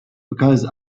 because